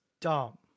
dumb